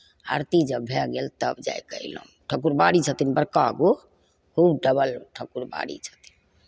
आरती जब भए गेल तब जाय कऽ अयलहुँ ठकुरबारी छथिन बड़का गो खूब डबल ठकुरबारी छथिन